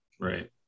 Right